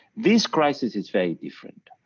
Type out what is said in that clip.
these crisis is very different,